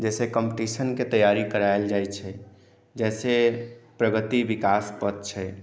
जैसे कॉम्पटिशन के तैयारी करै लए जाइ छै जैसे प्रगति विकास पथ छै